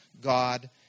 God